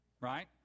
right